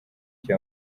icyo